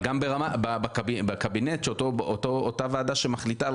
אבל גם בקבינט באותה ועדה שמחליטה על